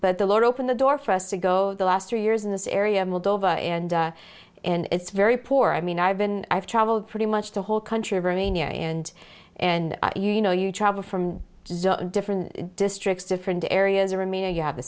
but the lord open the door for us to go the last three years in this area moldova and and it's very poor i mean i've been i've traveled pretty much the whole country of romania and and you know you travel from different districts different areas around me and you have the